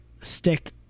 stick